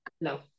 no